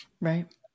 Right